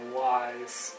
wise